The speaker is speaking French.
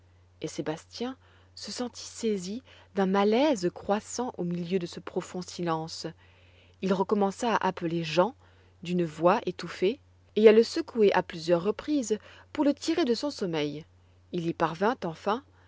et sébastien se sentit saisi d'un malaise croissant au milieu de ce profond silence il recommença à appeler jean d'une voix étouffée et à le secouer à plusieurs reprises pour le tirer de son sommeil il y parvint enfin